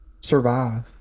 survive